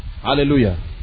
Hallelujah